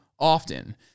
often